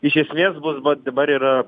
iš esmės bus vat dabar yra